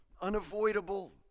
unavoidable